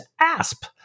ASP